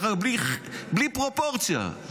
בלי פרופורציה,